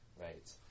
right